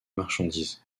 marchandises